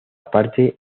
parte